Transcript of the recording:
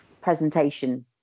presentation